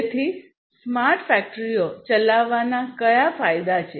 તેથી સ્માર્ટ ફેક્ટરીઓ ચલાવવાના કયા ફાયદા છે